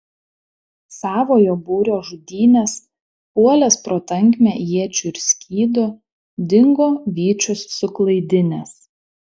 savojo būrio žudynes puolęs pro tankmę iečių ir skydų dingo vyčius suklaidinęs